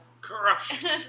corruption